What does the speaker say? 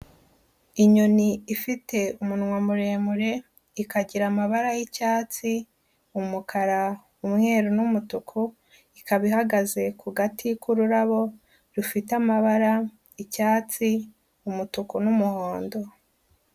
Inyoni ifite umunwa muremure ikagira amabara y'icyatsi, umukara, umweru n'umutuku, ikaba ihagaze ku gati k'ururabo, rufite amabara icyatsi, umutuku n'umuhondo.